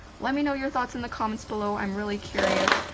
let me know your thoughts in the comments below. i'm really curious.